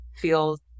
feels